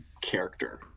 character